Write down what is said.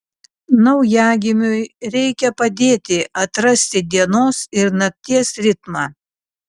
naujagimiui reikia padėti atrasti dienos ir nakties ritmą